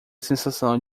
sensação